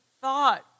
thought